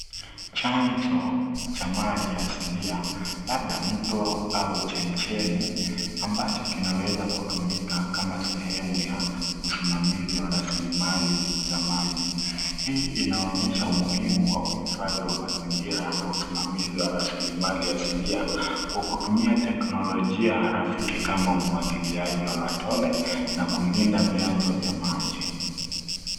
Chanzo cha maji asilia labda mto au chemichemi, ambacho kinaweza kutumika kama sehemu ya usimamizi wa rasilimali za maji. Hii inaonyesha umuhimu wa uhifadhi wa mazingira na usimamizi wa rasilimali asilia kwa kutumia kutumia teknolojia rafiki kama umwagiliaji wa matone na kulinda vianzo vya maji.